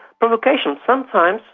provocation, sometimes,